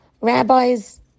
rabbis